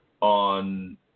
on